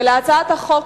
להצעת החוק,